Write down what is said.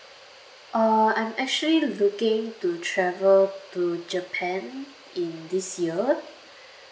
uh I'm actually looking to travel to japan in this year